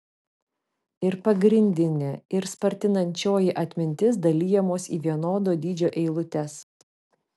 ir pagrindinė ir spartinančioji atmintis dalijamos į vienodo dydžio eilutes